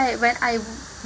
right when I